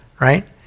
right